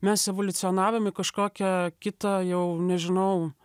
mes evoliucionavom į kažkokią kitą jau nežinau